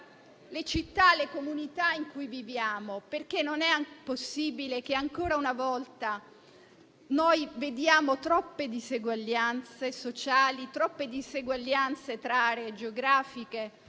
le città e le comunità in cui viviamo. Non è possibile che, ancora una volta, noi vediamo troppe diseguaglianze sociali e troppe diseguaglianze tra aree geografiche;